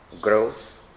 growth